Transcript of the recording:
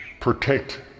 Protect